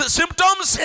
symptoms